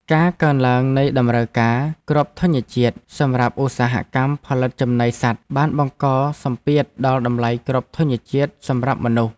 ការកើនឡើងនៃតម្រូវការគ្រាប់ធញ្ញជាតិសម្រាប់ឧស្សាហកម្មផលិតចំណីសត្វបានបង្កសម្ពាធដល់តម្លៃគ្រាប់ធញ្ញជាតិសម្រាប់មនុស្ស។